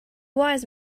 wise